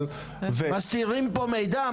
מסתירים פה מידע?